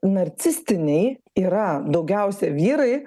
narcistiniai yra daugiausia vyrai